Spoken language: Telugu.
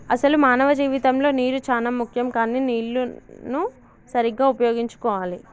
అసలు మానవ జీవితంలో నీరు చానా ముఖ్యం కానీ నీళ్లన్ను సరీగ్గా ఉపయోగించుకోవాలి